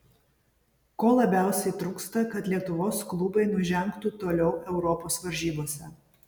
ko labiausiai trūksta kad lietuvos klubai nužengtų toliau europos varžybose